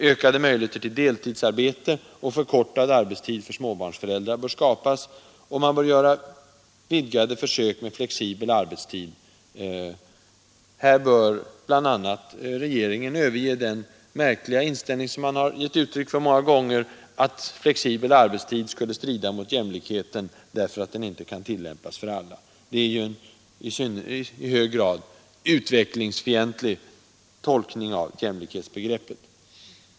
Ökade möjligheter till deltidsarbete och förkortad arbetstid för småbarnsföräldrar bör skapas. Vidare bör man göra vidgade försök med flexibel arbetstid. BI. a. bör regeringen överge den märkliga inställning som den gett uttryck för många gånger, nämligen att flexibel arbetstid skulle strida mot jämlikheten därför att den inte kan tillämpas för alla. Det är en i hög grad utvecklingsfientlig tolkning av jämlikhetsbegreppet.